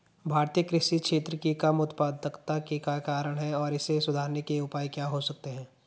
भारतीय कृषि क्षेत्र की कम उत्पादकता के क्या कारण हैं और इसे सुधारने के उपाय क्या हो सकते हैं?